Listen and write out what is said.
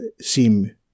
seem